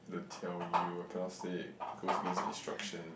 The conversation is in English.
don't tell you I cannot say it goes against the instructions